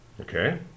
Okay